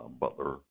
Butler